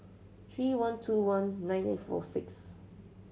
three one two one nine nine four six